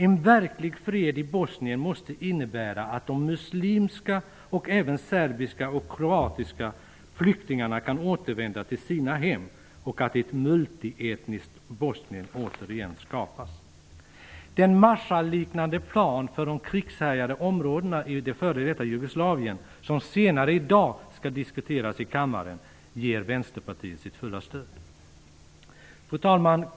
En verklig fred i Bosnien måste innebära att de muslimska flyktingarna, och även de serbiska och kroatiska, kan återvända till sina hem och att ett multi-etniskt Bosnien återigen kan skapas. Den Marshall-liknande planen för de krigshärjade områdena i det f.d. Jugoslavien -- som senare i dag skall diskuteras i kammaren -- ger Vänsterpartiet sitt fulla stöd. Fru talman!